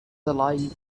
alive